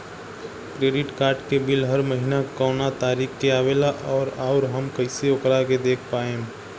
Credit card के bill हर महीना कौना तारीक के आवेला और आउर हम कइसे ओकरा के देख पाएम?